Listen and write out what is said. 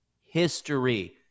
history